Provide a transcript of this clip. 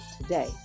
today